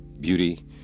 beauty